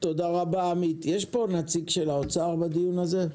תודה רבה עמית, יש פה נציג של האוצר בדיון הזה?